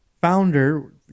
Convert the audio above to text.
founder